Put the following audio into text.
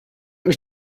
mich